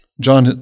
John